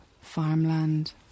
farmland